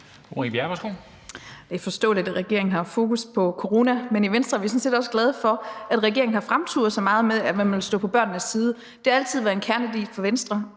er forståeligt, at regeringen har haft fokus på corona, men i Venstre er vi sådan set også glade for, at regeringen har fremturet så meget med, at man ville stå på børnenes side. Det har altid været en kerneværdi for Venstre